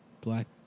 black